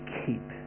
keep